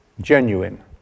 genuine